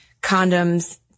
condoms